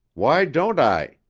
why don't i?